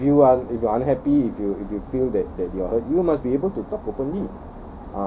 if you are if you are unhappy if you if you feel that that you're hurt you must be able to talk openly